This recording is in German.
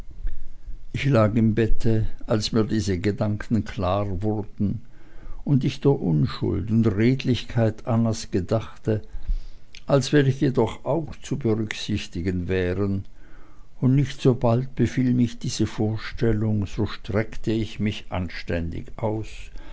ich lag im bette als mir diese gedanken klar wurden und ich der unschuld und redlichkeit annas gedachte als welche doch auch zu berücksichtigen wären und nicht so bald befiel mich diese vorstellung so streckte ich mich anständig aus